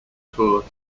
fort